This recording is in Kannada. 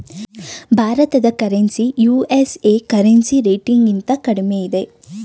ಭಾರತದ ಕರೆನ್ಸಿ ಯು.ಎಸ್.ಎ ಕರೆನ್ಸಿ ರೇಟ್ಗಿಂತ ಕಡಿಮೆ ಇದೆ